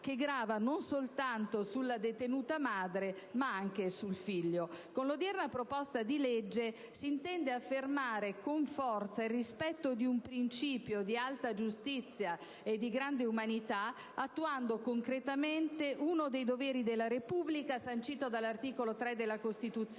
grava non soltanto sulla detenuta madre, ma anche sul figlio. Con l'odierno disegno di legge si intende affermare con forza il rispetto di un principio di alta giustizia e di grande umanità, attuando concretamente uno dei doveri della Repubblica, sancito dall'articolo 3 della Costituzione,